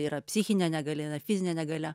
yra psichinė negalia fizinė negalia